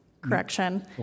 correction